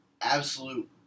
absolute